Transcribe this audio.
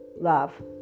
love